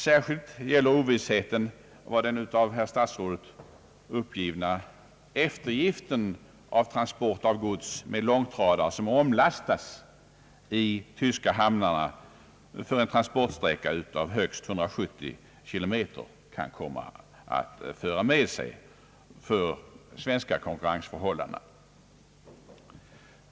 Särskilt gäller ovissheten vad den av herr statsrådet nämnda eftergiften av avgiften för transport av gods med långtradare som omlastas i de tyska hamnarna för en transportsträcka av högst 170 kilometer kan komma att föra med sig för de svenska konkurrensförhållandena.